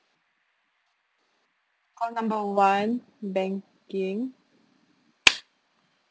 call number one banking